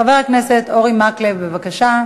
חבר הכנסת אורי מקלב, בבקשה.